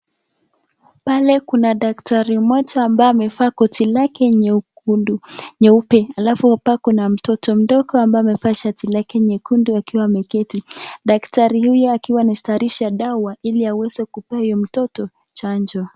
Daktari mmoja ambaye ameavaa koti lake nyeupe alafu kuna mtoto mdogo ambaye amevaa shati lake nyekundu akiwa ameketi. Daktari huyu anatayarisha dawa ili ampee huyo mtoto chanjo.